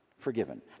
Forgiven